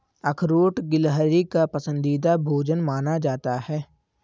अखरोट गिलहरी का पसंदीदा भोजन माना जाता है